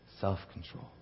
self-control